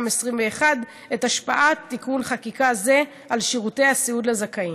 את השפעת תיקון חקיקה זה על שירותי הסיעוד לזכאים.